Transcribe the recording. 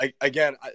again